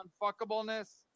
unfuckableness